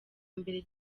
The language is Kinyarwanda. mbere